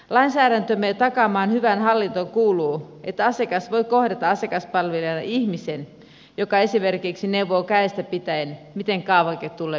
lainsäädäntömme takaamaan hyvään hallintoon kuuluu että asiakas voi kohdata asiakaspalvelijana ihmisen joka esimerkiksi neuvoo kädestä pitäen miten kaavake tuleepi täyttää